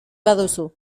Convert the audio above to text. baduzu